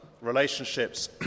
relationships